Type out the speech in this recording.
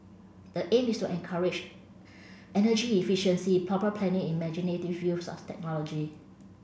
the aim is to encourage energy efficiency proper planning imaginative use of technology